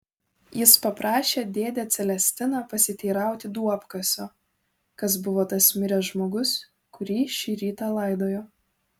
jis paprašė dėdę celestiną pasiteirauti duobkasio kas buvo tas miręs žmogus kurį šį rytą laidojo